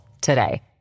today